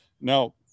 now